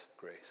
grace